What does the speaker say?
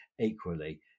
equally